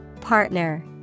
Partner